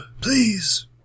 please